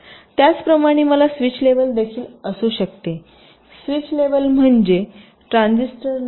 त्याचप्रमाणे मला switch level देखील असू शकते स्विच लेव्हल म्हणजे ट्रान्झिस्टर लेव्हल